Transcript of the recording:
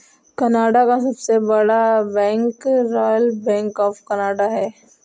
Canada का सबसे बड़ा bank royal bank of Canada है